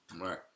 Right